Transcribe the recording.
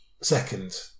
second